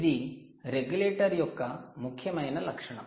ఇది రెగ్యులేటర్ యొక్క ముఖ్యమైన లక్షణం